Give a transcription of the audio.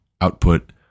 output